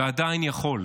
ועדיין יכול.